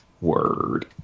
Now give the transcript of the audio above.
Word